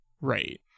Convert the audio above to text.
Right